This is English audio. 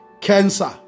Cancer